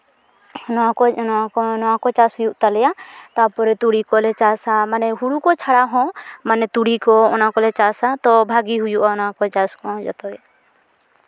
ᱱᱚᱣᱟ ᱠᱚ ᱱᱚᱣᱟ ᱠᱚ ᱱᱚᱣᱟ ᱠᱚ ᱪᱟᱥ ᱦᱩᱭᱩᱜ ᱛᱟᱞᱮᱭᱟ ᱛᱟᱯᱚᱨᱮ ᱛᱩᱲᱤ ᱠᱚᱞᱮ ᱪᱟᱥᱟ ᱢᱟᱱᱮ ᱦᱳᱲᱳ ᱠᱚ ᱪᱷᱟᱲᱟ ᱦᱚᱸ ᱛᱩᱲᱤ ᱠᱚ ᱚᱱᱟ ᱠᱚᱞᱮ ᱪᱟᱥᱟ ᱛᱚ ᱵᱷᱟᱜᱮ ᱦᱩᱭᱩᱼᱟ ᱚᱱᱟ ᱠᱚ ᱪᱟᱥ ᱦᱚᱸ ᱡᱚᱛᱚ ᱜᱮ